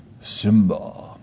Simba